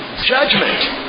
judgment